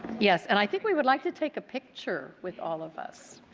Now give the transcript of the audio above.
yes, and i think we would like to take a picture with all of us.